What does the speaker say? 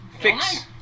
Fix